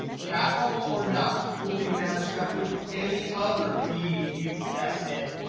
capital or not, will be matched up with any other b u s n,